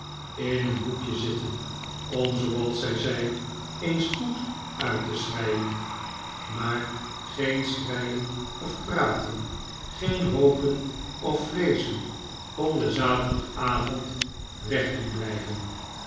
in een hoekje zitten om zooals zij zei eens goed uit te schreien maar geen schreien of praten geen hopen of vreezen kon den zaterdagavond weg doen blijven